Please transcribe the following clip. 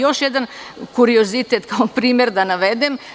Još jedan kuriozitet, kao primer da navedem.